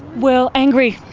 well angry,